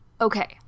Okay